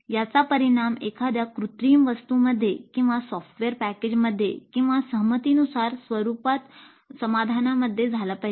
याचा परिणाम एखाद्या कृत्रिम वस्तूंमध्ये किंवा सॉफ्टवेअर पॅकेजमध्ये किंवा सहमतीनुसार स्वरूपात समाधानामध्ये झाला पाहिजे